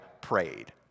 prayed